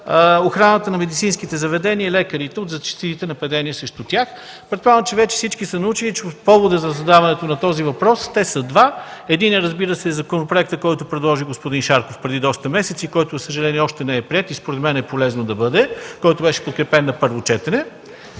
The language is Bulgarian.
охраната на медицинските заведения и лекарите от зачестилите нападения срещу тях. Предполагам, че вече всички са научили поводът за задаване на този въпрос – те са два. Единият, разбира се, е законопроектът, който предложи господин Шарков преди доста месеци и който, за съжаление, още не е приет, а според мен е полезно да бъде. Той беше подкрепен на първо четене.